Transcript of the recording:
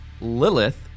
Lilith